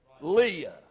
Leah